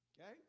Okay